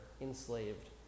enslaved